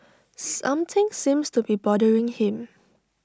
something seems to be bothering him